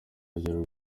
urugero